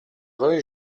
rue